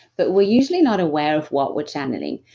but we're usually not aware of what we're channeling.